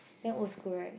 damn old school right